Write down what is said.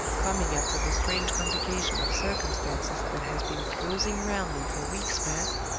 coming after the strange complication of circumstances that has been closing round me for weeks past,